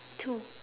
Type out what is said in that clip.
two